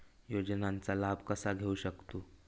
योजनांचा लाभ कसा घेऊ शकतू?